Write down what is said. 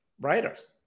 writers